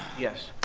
yes.